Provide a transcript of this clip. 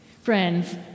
Friends